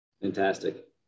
Fantastic